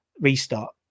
restart